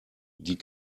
die